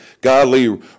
godly